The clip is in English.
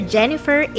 Jennifer